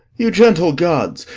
you gentle gods,